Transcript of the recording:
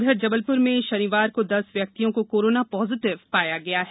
उधर जबलप्र में शनिवार का दस व्यक्तियों का कारामा पॉजिपिव पाया गया है